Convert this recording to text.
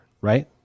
Right